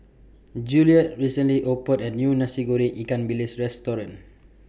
Juliet recently opened A New Nasi Goreng Ikan Bilis Restaurant